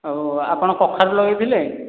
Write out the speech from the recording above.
ଆଉ ଆପଣ କଖାରୁ ଲଗାଇଥିଲେ